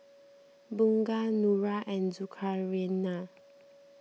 Bunga Nura and Zulkarnain